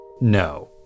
No